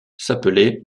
s’appelait